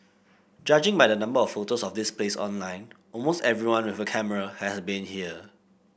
judging by the number of photos of this place online almost everyone with a camera has been here